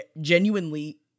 genuinely